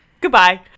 Goodbye